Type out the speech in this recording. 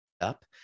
up